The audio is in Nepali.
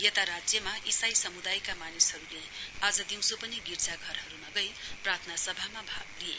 यता राज्यमा इसाई समुदायका मानिसहरूले आज दिउँसो पनि गिर्जा घरहरूमा गई प्रार्थनासभामा भाग लिए